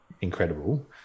incredible